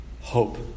hope